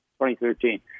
2013